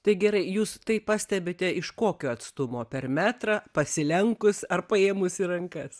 tai gerai jūs tai pastebite iš kokio atstumo per metrą pasilenkus ar paėmus į rankas